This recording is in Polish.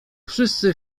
wszyscy